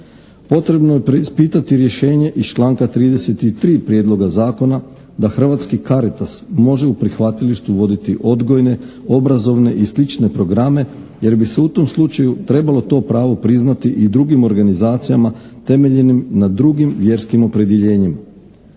Potrebno je preispitati rješenje iz članka 33. prijedloga zakona da hrvatski Caritas može u prihvatilištu voditi odgojne, obrazovne i slične programe jer bi se u tom slučaju trebalo to pravo priznati i drugim organizacijama temeljenim na drugim vjerskim opredjeljenjima.